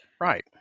right